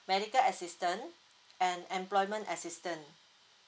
medical assistance and employment assistance